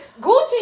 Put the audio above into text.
Gucci